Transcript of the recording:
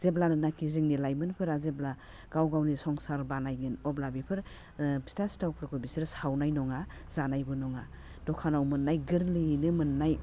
जेब्लानोनाखि जोंनि लाइमोनफोरा जेब्ला गाव गावनि संसार बानायगोन अब्ला बेफोर फिथा सिथावफोरखौ बिसोरो सावनाय नङा जानायबो नङा दखानाव मोननाय गोरलैयैनो मोननाय